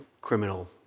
Criminal